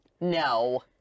No